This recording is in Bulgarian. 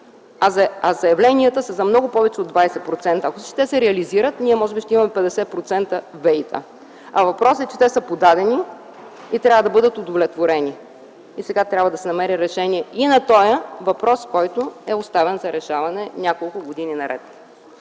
а заявленията са за много повече от 20%. Ако се реализират, ние може би ще имаме 50% енергия от възобновяеми енергийни източници. Въпросът е, че те са подадени и трябва да бъдат удовлетворени и сега трябва да се намери решение и на този въпрос, който е оставен за решаване няколко години наред.